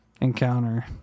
encounter